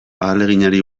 ahaleginari